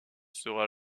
sera